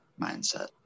mindset